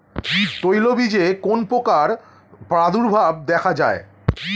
তৈলবীজে কোন পোকার প্রাদুর্ভাব দেখা যায়?